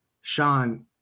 Sean